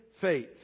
faith